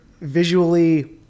visually